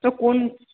তো কোন